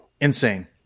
Insane